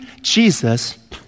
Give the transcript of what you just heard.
Jesus